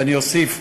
ואני אוסיף,